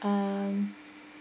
mm